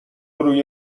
روی